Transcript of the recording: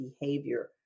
behavior